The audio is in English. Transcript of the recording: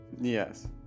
Yes